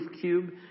cube